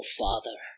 father